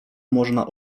można